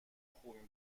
خوبیم